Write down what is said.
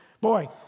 Boy